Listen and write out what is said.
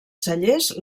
cellers